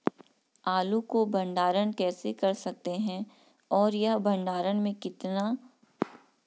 आलू को भंडारण कैसे कर सकते हैं और यह भंडारण में कितने समय तक रह सकता है?